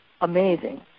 amazing